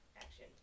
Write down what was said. action